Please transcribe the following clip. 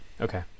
Okay